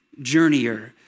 journeyer